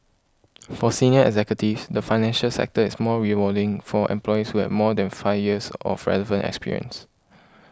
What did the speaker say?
for senior executives the financial sector is more rewarding for employees who have more than five years of relevant experience